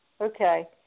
Okay